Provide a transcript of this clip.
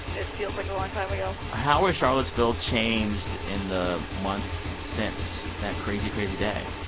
it feels like a long time ago how has charlottesville changed in the months since that crazy, crazy day?